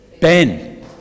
Ben